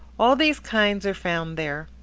all these kinds are found there.